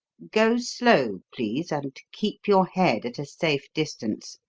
go slow, please, and keep your head at a safe distance.